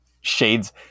Shades